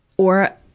or